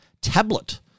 tablet